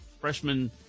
Freshman